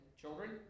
children